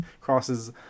crosses